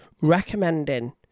recommending